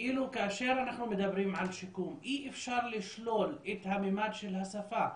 כאילו כאשר אנחנו מדברים על שיקום אי אפשר לשלול את הממד של השפה.